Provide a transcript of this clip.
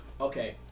okay